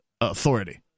authority